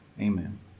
Amen